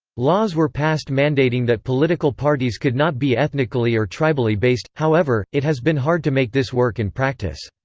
laws were passed mandating that political parties could not be ethnically or tribally based however, it has been hard to make this work in practice.